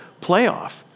playoff